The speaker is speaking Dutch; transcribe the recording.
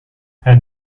het